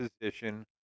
position